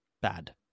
bad